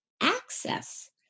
access